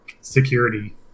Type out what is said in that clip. security